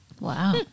Wow